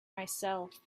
myself